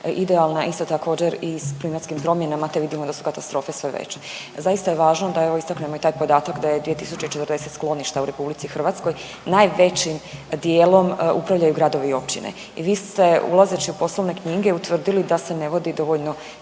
idealne. Isto također i sa klimatskim promjenama, te vidimo da su katastrofe sve veće. Zaista je važno, da evo istaknemo i taj podatak da je 2040. skloništa u Republici Hrvatskoj najvećim dijelom upravljaju gradovi i općine. I vi ste ulazeći u poslovne knjige utvrdili da se ne vodi dovoljno